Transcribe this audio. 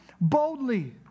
boldly